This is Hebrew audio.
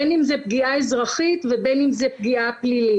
בין אם זה פגיעה אזרחית ובין אם זה פגיעה פלילית.